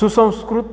सुसंस्कृत